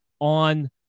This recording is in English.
on